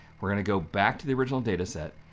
we're going to go back to the original data set,